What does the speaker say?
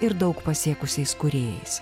ir daug pasiekusiais kūrėjais